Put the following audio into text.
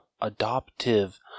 adoptive